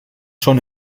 schon